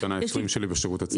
השנה העשרים שלי בשירות הציבורי.